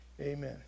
Amen